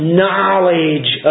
knowledge